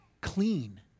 clean